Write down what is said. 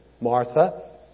Martha